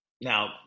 Now